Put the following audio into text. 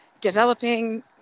developing